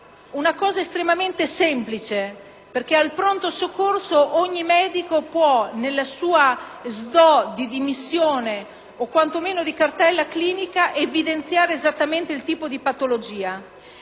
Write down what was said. una cosa estremamente semplice da fare perché al pronto soccorso ogni medico, nella sua scheda di dimissione, o quantomeno in cartella clinica, può evidenziare esattamente il tipo di patologia.